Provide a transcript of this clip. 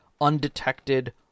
undetected